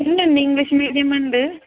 ഇല്ല തന്നെ English medium ഉണ്ട്